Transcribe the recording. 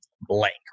blank